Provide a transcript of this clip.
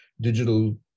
digital